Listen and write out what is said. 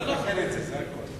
צריך לתקן את זה, זה הכול.